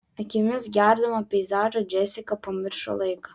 akimis gerdama peizažą džesika pamiršo laiką